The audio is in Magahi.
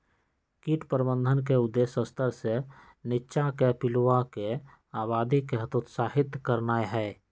कीट प्रबंधन के उद्देश्य स्तर से नीच्चाके पिलुआके आबादी के हतोत्साहित करनाइ हइ